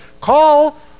Call